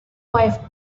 wife